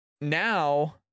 now